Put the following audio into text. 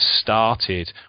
started